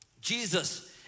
Jesus